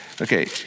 Okay